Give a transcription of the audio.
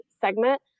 segment